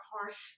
harsh